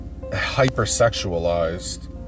hypersexualized